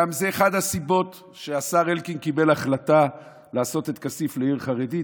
זו גם אחת הסיבות שהשר אלקין קיבל החלטה לעשות את כסיף לעיר חרדית,